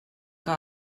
que